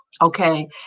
Okay